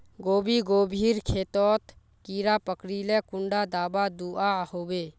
गोभी गोभिर खेतोत कीड़ा पकरिले कुंडा दाबा दुआहोबे?